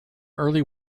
early